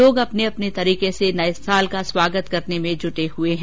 लोग अपने अपने तरीके से नये साल का स्वागत करने में जुटे हए है